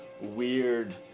weird